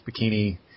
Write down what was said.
bikini